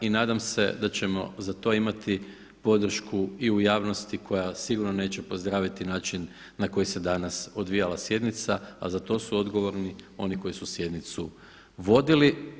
I nadam se da ćemo za to imati podršku i u javnosti koja sigurno neće pozdraviti način na koji se danas odvijala sjednica a za to su odgovorni oni koji su sjednicu vodili.